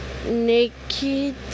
naked